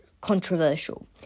controversial